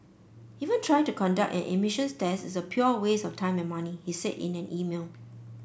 even trying to conduct an emissions test is a pure waste of time and money he said in an email